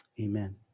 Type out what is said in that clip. Amen